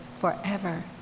forever